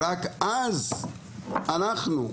אנחנו,